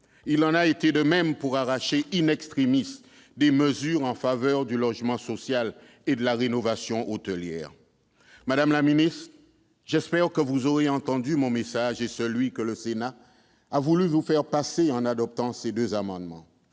Il en a été de même pour arracher des mesures en faveur du logement social et de la rénovation hôtelière. Madame la ministre, j'espère que vous aurez entendu mon message et celui que le Sénat a voulu vous adresser en adoptant ces deux amendements.